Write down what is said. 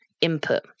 input